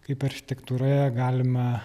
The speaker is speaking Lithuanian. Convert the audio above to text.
kaip architektūroje galima